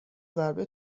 ضربه